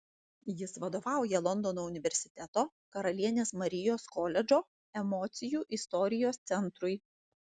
jis vadovauja londono universiteto karalienės marijos koledžo emocijų istorijos centrui